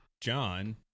John